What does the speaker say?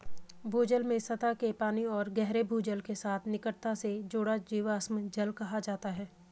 भूजल में सतह के पानी और गहरे भूजल के साथ निकटता से जुड़ा जीवाश्म जल कहा जाता है